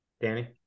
Danny